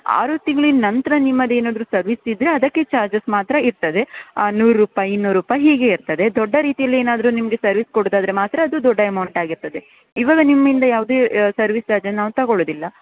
ಆರು ತಿಂಗಳಿನ ನಂತರ ನಿಮ್ಮದು ಏನಾದರೂ ಸರ್ವಿಸ್ ಇದ್ದರೆ ಅದಕ್ಕೆ ಚಾರ್ಜಸ್ ಮಾತ್ರ ಇರ್ತದೆ ನೂರು ರೂಪಾಯಿ ಇನ್ನೂರು ರೂಪಾಯಿ ಹೀಗೆ ಇರ್ತದೆ ದೊಡ್ಡ ರೀತಿಯಲ್ಲಿ ಏನಾದರೂ ನಿಮಗೆ ಸರ್ವಿಸ್ ಕೊಡುವುದಾದರೆ ಮಾತ್ರ ಅದು ದೊಡ್ಡ ಅಮೌಂಟ್ ಆಗಿರ್ತದೆ ಈವಾಗ ನಿಮ್ಮಿಂದ ಯಾವುದೇ ಸರ್ವಿಸ್ ಚಾರ್ಜನ್ನು ನಾವು ತಗೊಳುದಿಲ್ಲ